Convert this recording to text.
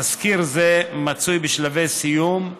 תזכיר זה מצוי בשלבי סיום,